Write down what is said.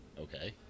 Okay